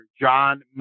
John